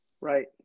Right